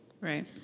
right